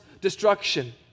destruction